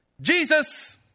Jesus